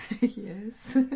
Yes